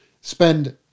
spend